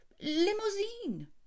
limousine